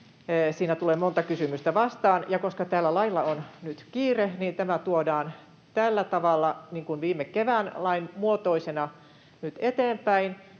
Siinä tulee monta kysymystä vastaan, ja koska tällä lailla on nyt kiire, niin tämä tuodaan tällä tavalla viime kevään lain muotoisena nyt eteenpäin,